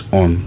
on